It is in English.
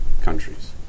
countries